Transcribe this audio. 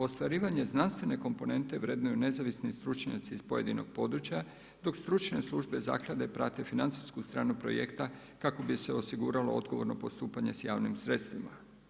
Ostvarivanje znanstvene komponente vrednuju nezavisni stručnjaci iz pojedinog područja, dok stručne službe zaklade prate financijsku stranu projekta kako bi se osiguralo odgovorno postupanje s javnim sredstvima.